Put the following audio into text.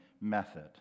method